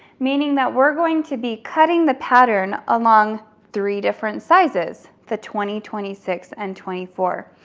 meaning that we're going to be cutting the pattern along three different sizes, the twenty, twenty six and twenty four.